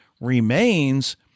remains